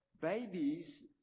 babies